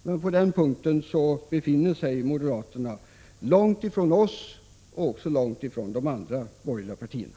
Men på den punkten befinner sig moderaterna långt ifrån oss och även långt ifrån de andra borgerliga partierna.